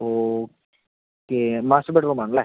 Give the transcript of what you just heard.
okay master bedroom ആണ് അല്ലെ